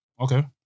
Okay